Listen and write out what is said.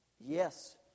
Yes